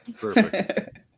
Perfect